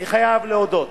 אני חייב להודות